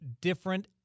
different